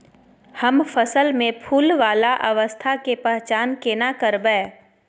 हम फसल में फुल वाला अवस्था के पहचान केना करबै?